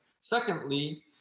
Secondly